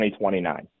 2029